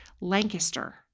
Lancaster